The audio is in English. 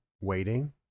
waiting